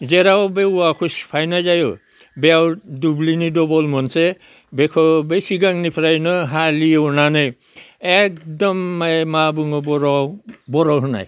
जेराव बे औवाखौ सिफायनाय जायो बेयाव दुब्लिनि दबल मोनसे बेखौ बै सिगांनिफ्रायनो हालिवनानै एखदमै मा बुङो बर'आव बर' होनाय